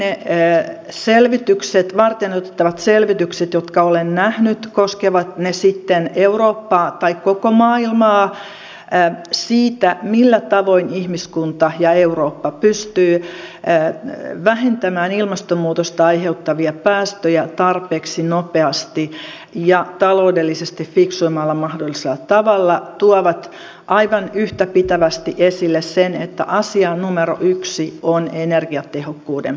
kaikki ne varteenotettavat selvitykset jotka olen nähnyt koskevat ne sitten eurooppaa tai koko maailmaa siitä millä tavoin ihmiskunta ja eurooppa pystyvät vähentämään ilmastonmuutosta aiheuttavia päästöjä tarpeeksi nopeasti ja taloudellisesti fiksuimmalla mahdollisella tavalla tuovat aivan yhtäpitävästi esille sen että asia numero yksi on energiatehokkuuden parantaminen